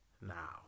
Now